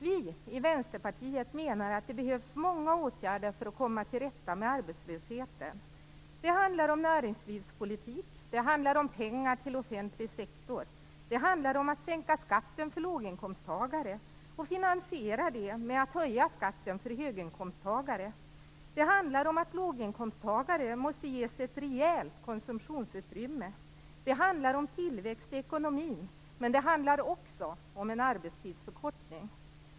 Vi i Vänsterpartiet menar att det behövs många åtgärder för att komma till rätta med arbetslösheten. Det handlar om näringslivspolitik, pengar till offentlig sektor, om att sänka skatten för låginkomsttagare och finansiera det med en skattehöjning för höginkomsttagare. Det handlar vidare om att långinkomsttagare måste ges ett rejält konsumtionsutrymme, om tillväxt i ekonomin och också om en arbetstidsförkortning.